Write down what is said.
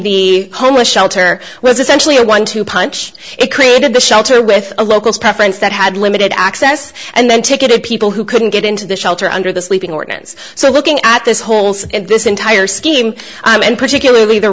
the homeless shelter was essentially a one two punch it created the shelter with a local preference that had limited access and then take it to people who couldn't get into the shelter under the sleeping ordinance so looking at this holes this entire scheme and particularly the